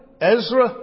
Ezra